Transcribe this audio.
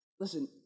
Listen